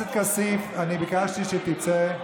חבר הכנסת כסיף, אני ביקשתי שתצא.